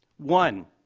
one,